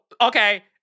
okay